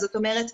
זאת אומרת,